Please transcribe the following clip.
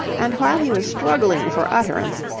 and while he was struggling for utterance,